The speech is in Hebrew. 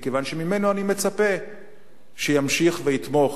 מכיוון שממנו אני מצפה שימשיך ויתמוך